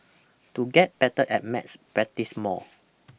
to get better at maths practise more